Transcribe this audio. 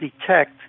detect